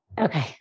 Okay